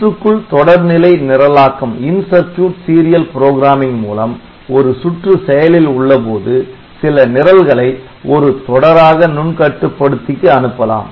சுற்றுக்குள் தொடர்நிலை நிரலாக்கம் மூலம் ஒரு சுற்று செயலில் உள்ள போது சில நிரல்களை ஒரு தொடராக நுண் கட்டுப்படுத்திக்கு அனுப்பலாம்